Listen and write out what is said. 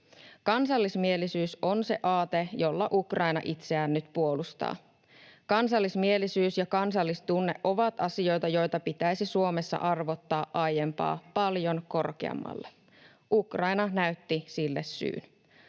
Kansallismielisyys on se aate, jolla Ukraina itseään nyt puolustaa. Kansallismielisyys ja kansallistunne ovat asioita, joita pitäisi Suomessa arvottaa aiempaa paljon korkeammalle. Ukraina näytti sille syyn.